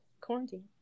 quarantine